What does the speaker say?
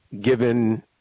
given